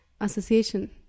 association